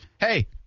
Hey